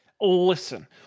Listen